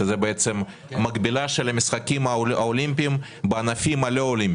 שזה המקבילה של המשחקים האולימפיים בענפים הלא אולימפיים,